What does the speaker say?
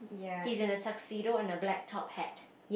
he's in a tuxedo and a black top hat